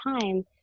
time